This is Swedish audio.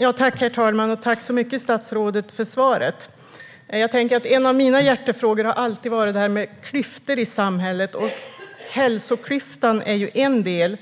Herr talman! Tack, statsrådet, för svaret! En av mina hjärtefrågor har alltid varit detta med klyftor i samhället, och hälsoklyftan är en del.